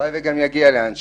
הלוואי וגם יגיע לאן שהוא.